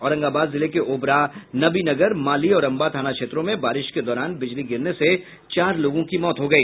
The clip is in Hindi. औरंगाबाद जिले के ओबरा नबीनगर माली और अम्बा थाना क्षेत्रो में बारिश के दौरान बिजली गिरने से चार लोगों की मौत हो गई